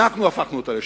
אנחנו הפכנו אותה לזה,